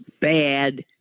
bad